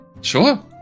Sure